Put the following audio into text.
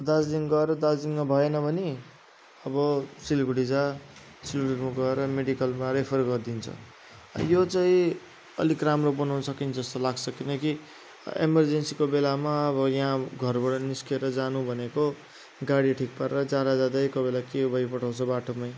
दार्जिलिङ गएर दार्जिलिङमा भएन भने अब सिलगढी जाऊ सिलगढीमा गएर मेडिकलमा रेफर गरिदिन्छ यो चाहिँ अलिक राम्रो बनाउन सकिन्छ जस्तो लाग्छ किनकि इमर्जेन्सीको बेलामा यहाँ घरबाट निस्केर जानु भनेको गाडी ठिक पारेर जाँदा जाँदै कोही बेला के भइपठाउँछ बाटोमा